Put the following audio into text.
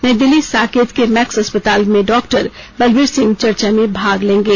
नई दिल्ली साकेत के मैक्स अस्पताल में डॉक्टर बलबीर सिंह चर्चा में भाग लेंगे